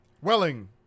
Welling